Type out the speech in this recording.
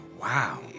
wow